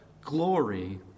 glory